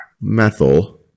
methyl